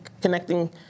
connecting